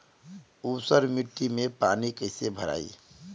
ऊसर मिट्टी में पानी कईसे भराई?